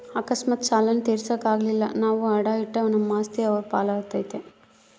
ಅಕಸ್ಮಾತ್ ಸಾಲಾನ ತೀರ್ಸಾಕ ಆಗಲಿಲ್ದ್ರ ನಾವು ಅಡಾ ಇಟ್ಟ ನಮ್ ಆಸ್ತಿ ಅವ್ರ್ ಪಾಲಾತತೆ